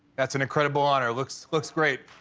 that's an incredible honor looks looks great.